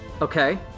Okay